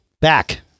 back